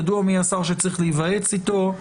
ידוע מי השר שצריך להיוועץ אתו,